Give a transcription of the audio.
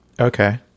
Okay